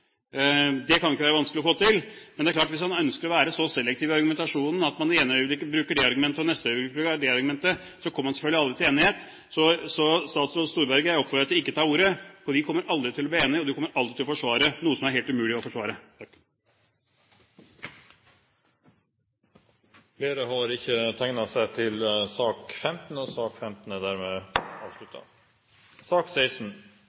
Det kan ikke være vanskelig å få til, men det er klart at hvis statsråden ønsker å være så selektiv i argumentasjonen at han i det ene øyeblikket bruker det argumentet og i neste øyeblikk bruker det argumentet, kommer man selvfølgelig aldri til enighet. Så statsråd Storberget: Jeg oppfordrer deg til ikke å ta ordet, for vi kommer aldri til å bli enige, og du kommer alltid til å forsvare noe som det er helt umulig å forsvare. Flere har ikke bedt om ordet til sak nr. 15. Etter ønske fra kommunal- og